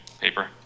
paper